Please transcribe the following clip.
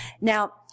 Now